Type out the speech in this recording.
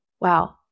Wow